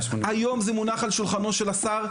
היום זה מוכן על שולחנו של השר,